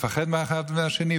לפחד האחד מהשני,